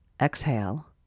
exhale